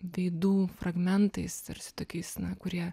veidų fragmentais tarsi tokiais na kurie